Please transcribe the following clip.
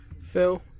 Phil